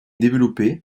développé